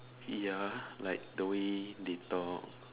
ya like the way they talk